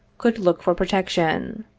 could look for protection.